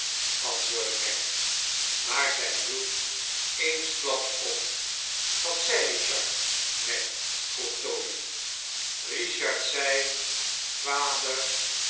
antwoordde meg maar zij hield eenskjaps op wat zei richard meg vroeg toby richard zei vader